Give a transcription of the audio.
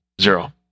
zero